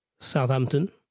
Southampton